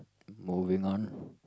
moving on